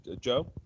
Joe